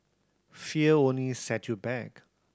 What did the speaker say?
fear only set you back